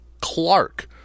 Clark